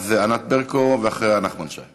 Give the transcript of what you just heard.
בבקשה, ענת ברקו, ואחריה, חבר הכנסת נחמן שי.